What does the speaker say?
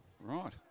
Right